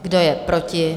Kdo je proti?